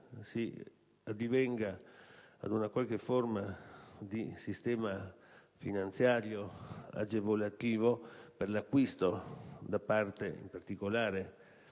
si addivenga ad una qualche forma di sistema finanziario agevolato per l'acquisto, in particolare